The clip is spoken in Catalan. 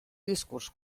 discurs